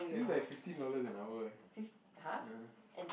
this like fifteen dollars an hour eh (uh huh)